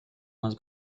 más